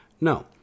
No